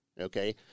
Okay